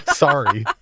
sorry